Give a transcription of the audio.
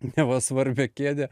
neva svarbią kėdę